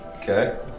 Okay